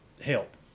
help